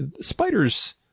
spiders